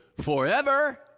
Forever